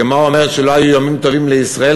הגמרא אומרת שלא היו ימים טובים לישראל